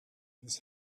his